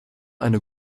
eine